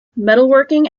metalworking